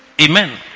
Amen